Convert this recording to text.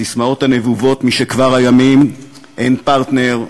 הססמאות הנבובות משכבר הימים: אין פרטנר,